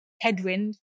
headwind